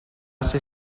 ser